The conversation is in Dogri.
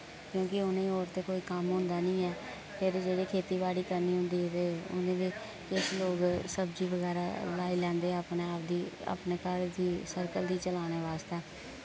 क्यूंकि उ'नें होर ते कोई कम्म होंदा निं ऐ फिर जेह्ड़े खेती बाड़ी करनी होंदी ते हुन ते किश लोक सब्जी बगैरा लाई लैंदे अपने आप दी अपने घर दी सर्कल गी चलाने वास्तै